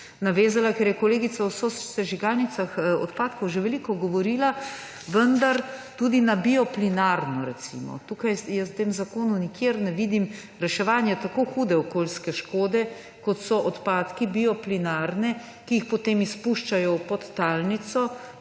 navezala, ker je kolegica o sosežigalnicah odpadkov že veliko govorila, tudi na bioplinarno. Jaz v tem zakonu nikjer ne vidim reševanja tako hude okolijske škode, kot so odpadki bioplinarne, ki jih potem izpuščajo v podtalnico